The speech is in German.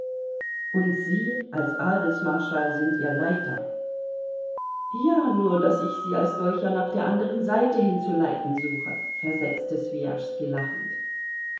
und sie als adelsmarschall sind ihr leiter ja nur daß ich sie als solcher nach der anderen seite hin zu leiten suche versetzte swijaschski lachend